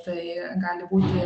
tai gali būti